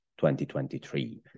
2023